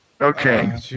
Okay